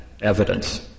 evidence